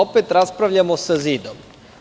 Opet raspravljamo sa zidom.